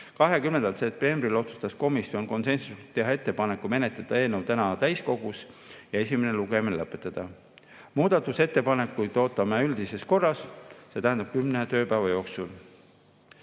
20. septembril otsustas komisjon konsensuslikult, et tehakse ettepanek menetleda eelnõu täna täiskogus ja esimene lugemine lõpetada. Muudatusettepanekuid ootame üldises korras, see tähendab kümne tööpäeva jooksul.